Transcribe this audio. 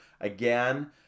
again